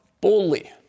boldly